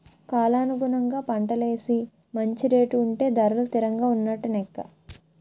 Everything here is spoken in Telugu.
కాలానుగుణంగా పంటలేసి మంచి రేటు ఉంటే ధరలు తిరంగా ఉన్నట్టు నెక్క